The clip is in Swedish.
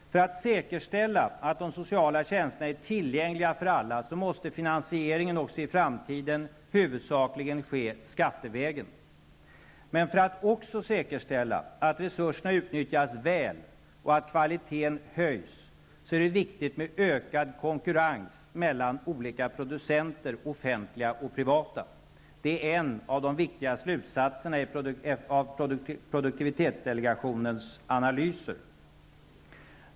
För att säkerställa att de sociala tjänsterna är tillgängliga för alla måste finansieringen också i framtiden huvudsakligen ske skattevägen. Men för att också säkerställa att resurserna utnyttjas väl och att kvaliteten höjs, är det viktigt med ökad konkurrens mellan olika producenter, offentliga och privata. Det är en av de viktiga slutsatserna av produktivitetsdelegationens analyser.